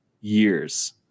years